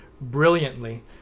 brilliantly